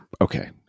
Okay